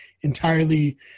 entirely